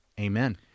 Amen